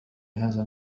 هذا